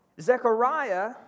Zechariah